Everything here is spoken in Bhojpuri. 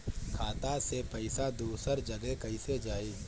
खाता से पैसा दूसर जगह कईसे जाई?